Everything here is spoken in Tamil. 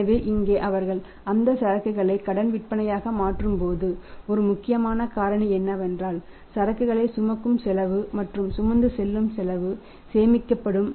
எனவே இங்கே அவர்கள் அந்த சரக்குகளை கடன் விற்பனையாக மாற்றும்போது ஒரு முக்கியமான காரணி என்னவென்றால் சரக்குகளைச் சுமக்கும் செலவு மற்றும் சுமந்து செல்லும் செலவு சேமிக்கப்படும்